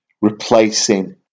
replacing